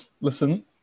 Listen